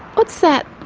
what's that?